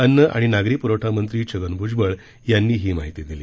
अन्न आणि नागरी पुरवठामंत्री छगन भुजबळ यांनी ही माहिती दिली